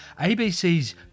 ABC's